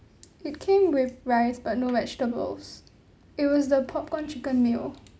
it came with rice but no vegetables it was the popcorn chicken meal